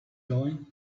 feeling